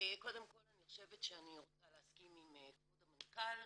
קודם כל אני חושבת שאני רוצה להסכים עם כבוד המנכ"ל,